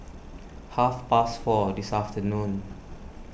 half past four this afternoon